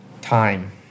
time